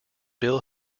bill